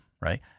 right